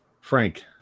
Frank